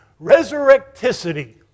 resurrecticity